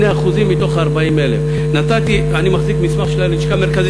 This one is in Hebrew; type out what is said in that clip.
2% מתוך 40,000. אני מחזיק מסמך של הלשכה המרכזית